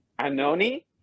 Anoni